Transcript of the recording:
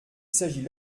s’agit